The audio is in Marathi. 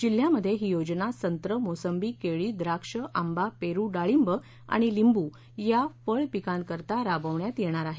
जिल्ह्यामध्ये ही योजना संत्र मोसंबी केळी द्राक्ष आंबा पेरू डाळींब आणि लिंबू या फळपिकांकरता राबवण्यात येणार आहे